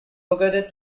located